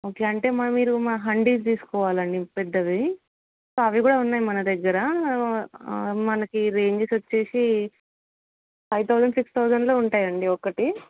అలా అంటే మరి మీరు మా హండీస్ తీసుకోవాలండి పెద్దవి సో అవి కూడా ఉన్నాయి మన దగ్గర మనకి రేంజెస్ వచ్చేసి ఫైవ్ థౌజండ్ సిక్స్ థౌజండ్లో ఉంటాయండి ఒకటి